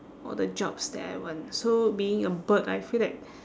all the jobs that I want so being a bird I feel that